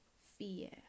fear